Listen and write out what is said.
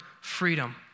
freedom